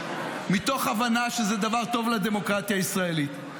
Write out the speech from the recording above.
מתוך הבנה שזה דבר טוב לדמוקרטיה הישראלית.